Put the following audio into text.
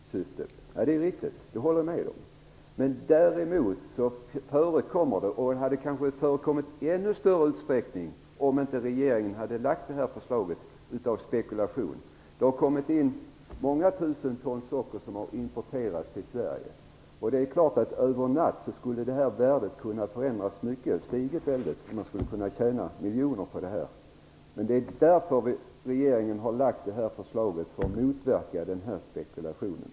Det är riktigt, det kan jag hålla med om. Däremot förekommer det spekulation som kanske hade haft ännu större utsträckning om inte regeringen framlagt detta förslag. Det har kommit in många tusen ton socker till Sverige. Över en natt skulle värdet stigit väldigt, och man skulle kunna tjäna miljoner på det. Det är därför regeringen framlagt detta förslag, för att motverka spekulationen.